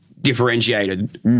differentiated